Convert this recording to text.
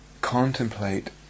contemplate